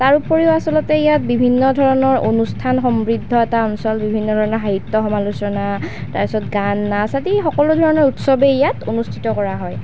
তাৰোপৰিও আচলতে ইয়াত বিভিন্ন ধৰণৰ অনুষ্ঠানসমৃদ্ধ এটা অঞ্চল বিভিন্ন ধৰণৰ সাহিত্য সমালোচনা তাৰপিছত গান নাচ আদি সকলো ধৰণৰ উৎসৱেই ইয়াত অনুষ্ঠিত কৰা হয়